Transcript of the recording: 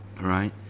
Right